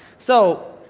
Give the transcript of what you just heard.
so,